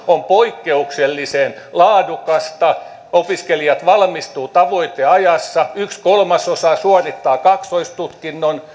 poikkeuksellisen laadukasta opiskelijat valmistuvat tavoiteajassa yksi kolmasosa suorittaa kaksoistutkinnon